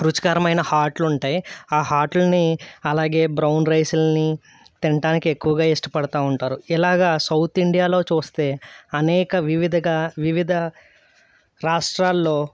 రుచికరమైన హాట్లు ఉంటాయి ఆ హాట్లని అలాగే బ్రౌన్ రైస్లని తినడానికి ఎక్కువగా ఇష్టపడతూ ఉంటారు ఇలాగా సౌత్ ఇండియాలో చూస్తే అనేక వివిధగా వివిధ రాష్ట్రాల్లో